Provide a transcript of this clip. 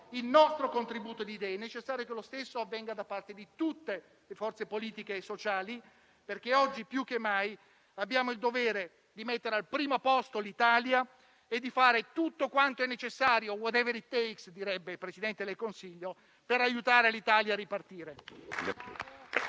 il proprio contributo di idee. È necessario che lo stesso avvenga da parte di tutte le forze politiche e sociali perché, oggi più che mai, abbiamo il dovere di mettere al primo posto l'Italia e di fare tutto quanto è necessario - *whatever it takes*, direbbe il Presidente del Consiglio - per aiutare l'Italia a ripartire.